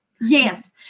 Yes